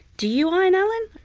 do you iron allan?